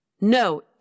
No